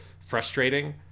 frustrating